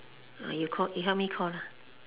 uh you call you help me call lah